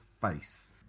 face